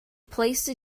placed